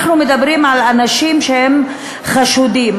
אנחנו מדברים על אנשים שהם חשודים.